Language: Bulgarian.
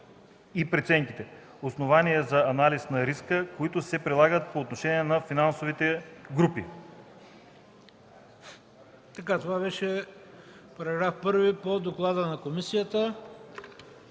и преценките, основани на анализ на риска, които се прилагат по отношение на финансовите групи.”